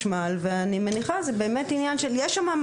יש איזה שהיא